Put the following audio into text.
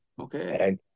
Okay